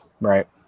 Right